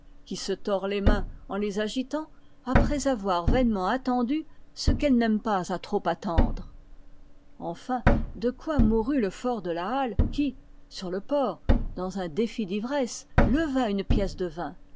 qui se tord les mains en les agitant après avoir vainement attendu ce qu'elle n'aime pas à trop attendre enfin de quoi mourut le fort de la halle qui sur le port dans un défi d'ivresse leva une pièce de vin